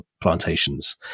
plantations